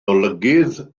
olygydd